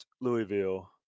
Louisville